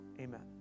amen